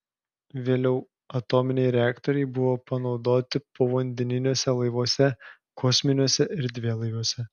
vėliau atominiai reaktoriai buvo panaudoti povandeniniuose laivuose kosminiuose erdvėlaiviuose